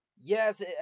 yes